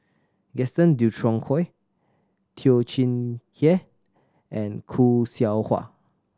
Gaston Dutronquoy Teo Chee Hean and Khoo Seow Hwa